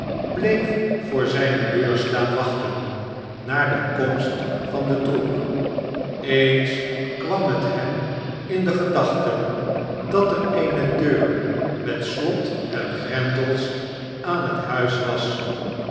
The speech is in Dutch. bleef voor zijne deur staan wachten naar de komst van den troep eens kwam het hem in de gedachten dat er eene deur met slot en grendels aan het huis was